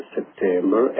September